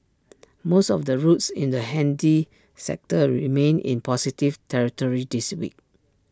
most of the routes in the handy sector remained in positive territory this week